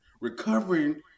recovering